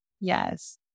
Yes